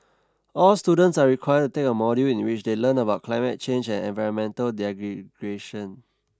all students are required to take a module in which they learn about climate change and environmental degradation